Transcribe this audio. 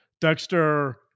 Dexter